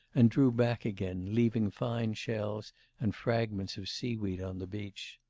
and drew back again, leaving fine shells and fragments of seaweed on the beach.